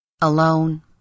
alone